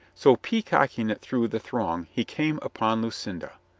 so, peacock ing it through the throng, he came upon lucinda.